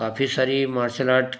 काफ़ी सारी martial art